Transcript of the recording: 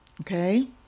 okay